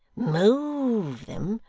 move them!